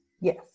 Yes